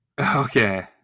Okay